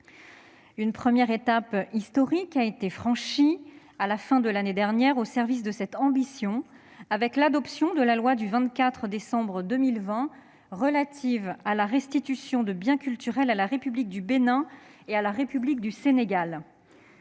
Une première étape historique a été franchie, à la fin de l'année dernière, au service de cette ambition, grâce à l'adoption de la loi du 24 décembre 2020 relative à la restitution de biens culturels à la République du Bénin et à la République du Sénégal.